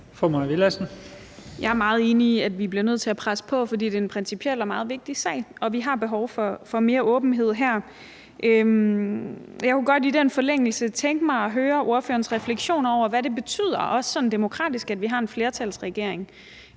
Jeg er meget enig i, at vi bliver nødt til at presse på, fordi det er en principiel og meget vigtig sag, og vi har behov for mere åbenhed her. Jeg kunne i forlængelse af det godt tænke mig at høre hr. Alex Vanopslaghs refleksion over, hvad det betyder også sådan demokratisk, at vi har en flertalsregering.